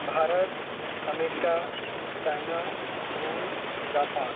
Bharat America China रूस Japan